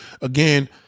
Again